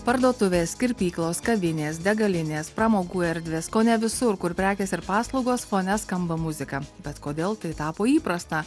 parduotuvės kirpyklos kavinės degalinės pramogų erdvės kone visur kur prekės ir paslaugos fone skamba muzika tad kodėl tai tapo įprasta